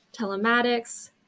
telematics